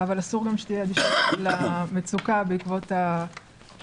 אבל אסור גם שתהיה אדישות למצוקה בעקבות המגבלות.